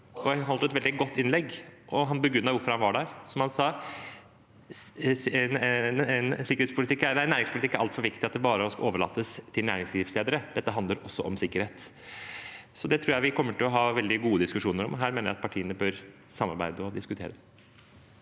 Han holdt et veldig godt innlegg, og han begrunnet hvorfor han var der. Som han sa: Næringspolitikk er altfor viktig til at det bare kan overlates til næringslivsledere. Dette handler også om sikkerhet. Det tror jeg vi kommer til å ha veldig gode diskusjoner om, og her mener jeg at partiene bør samarbeide og diskutere.